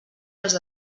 els